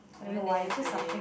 I went there yesterday